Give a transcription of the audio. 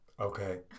Okay